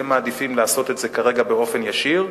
הם מעדיפים לעשות את זה כרגע באופן ישיר,